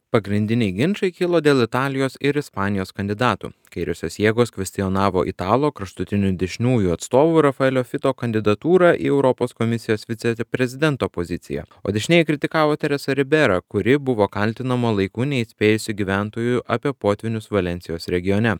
pagrindiniai ginčai kilo dėl italijos ir ispanijos kandidatų kairiosios jėgos kvestionavo italo kraštutinių dešiniųjų atstovų rafaelio fito kandidatūrą į europos komisijos viceprezidento poziciją o dešinieji kritikavo teresą riberą kuri buvo kaltinama laiku neįspėjusi gyventojų apie potvynius valensijos regione